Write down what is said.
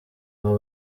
abo